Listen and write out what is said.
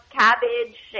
cabbage